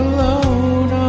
Alone